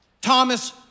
Thomas